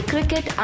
Cricket